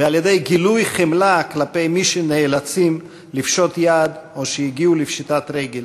ועל-ידי חמלה כלפי מי שנאלצים לפשוט יד או שהגיעו לפשיטת רגל,